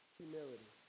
humility